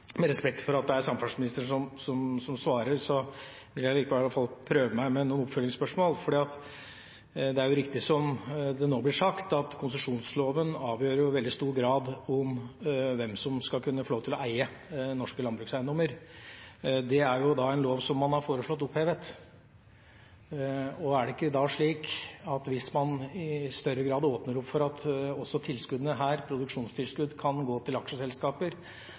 Med respekt for at det er samferdselsministeren som svarer – jeg vil i alle fall prøve meg med noen oppfølgingsspørsmål. Det er jo riktig som det nå blir sagt, at konsesjonsloven i veldig stor grad avgjør hvem som skal kunne eie norske landbrukseiendommer. Dette er jo en lov som man har foreslått opphevet, og er det ikke da slik at man, hvis man i større grad åpner opp for at produksjonstilskudd også kan gå til aksjeselskaper,